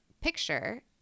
picture